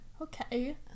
Okay